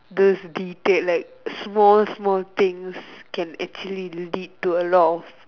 those detailed like small small things can actually lead to a lot of